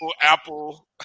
Apple